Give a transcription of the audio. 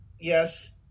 Yes